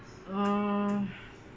err